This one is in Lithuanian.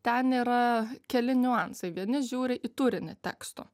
ten yra keli niuansai vieni žiūri į turinį teksto